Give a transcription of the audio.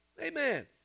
Amen